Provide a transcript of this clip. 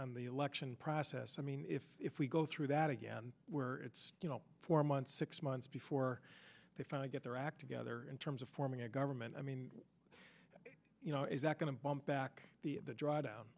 the election process i mean if if we go through that again where it's you know four months six months before they finally get their act together in terms of forming a government i mean you know is that going to bump back the